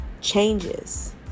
changes